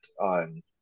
on